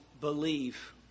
believe